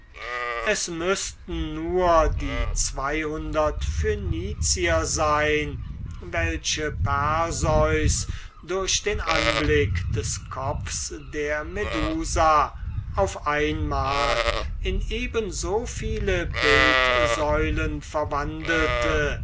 es müßten nur die zweihundert phönicier sein welche perseus durch den anblick des kopfs der medusa auf einmal in eben so viele statuen verwandelte